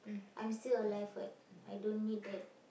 I'm still alive what I don't need that